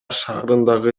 шаарындагы